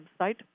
website